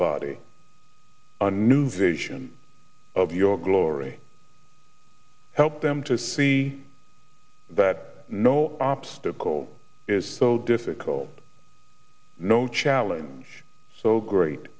body a new vision of your glory help them to see that no obstacle is so difficult no challenge so great